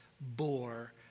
bore